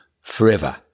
forever